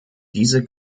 diese